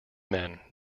men